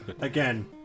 Again